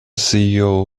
ceo